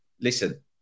listen